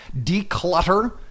Declutter